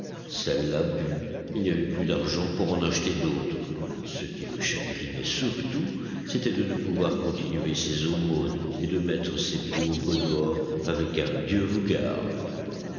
celles-là bues il n'y avait plus d'argent pour en acheter d'autres ce qui le chagrinait surtout c'était de ne pouvoir continuer ses aumônes et de mettre ses pauvres dehors avec un dieu vous garde